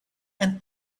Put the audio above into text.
and